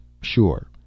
Sure